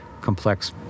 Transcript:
complex